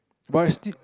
but is still